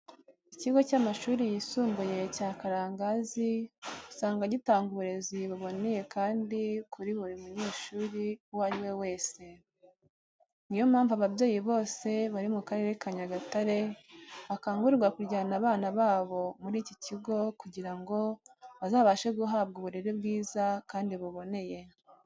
Ikigo cy'amashuri yisumbuye cya Karangazi usanga gitanga uburezi buboneye kandi kuri buri munyeshuri uwo ari we wese. Niyo mpamvu ababyeyi bose bari mu karere ka Nyagatare bakangurirwa kujyana abana babo muri iki kigo kugira ngo bazabashe guhabwa uburere bwiza kandi buboneye.